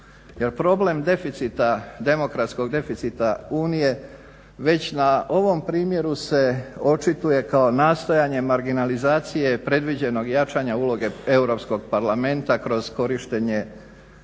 demokratskog deficita Unije već na ovom primjeru se očituje kao nastojanje, marginalizacije predviđenog jačanja uloge Europskog parlamenta kroz korištenje